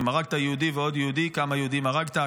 אם הרגת יהודי ועוד יהודי, כמה יהודים הרגת.